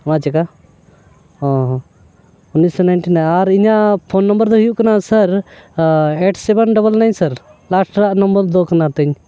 ᱚᱱᱟ ᱪᱤᱠᱟᱹ ᱚ ᱦᱚᱸ ᱩᱱᱤᱥ ᱥᱚ ᱱᱟᱭᱤᱱᱴᱤ ᱱᱟᱭᱤᱱ ᱟᱨ ᱤᱧᱟᱹᱜ ᱯᱷᱳᱱ ᱱᱚᱢᱵᱚᱨ ᱫᱚ ᱦᱩᱭᱩᱜ ᱠᱟᱱᱟ ᱥᱟᱨ ᱮᱭᱤᱴ ᱥᱮᱵᱷᱮᱱ ᱰᱚᱵᱚᱞ ᱱᱟᱭᱤᱱ ᱥᱟᱨ ᱞᱟᱥᱴ ᱨᱮᱭᱟᱜ ᱱᱚᱢᱵᱚᱨ ᱫᱚ ᱠᱟᱱᱟ ᱛᱤᱧ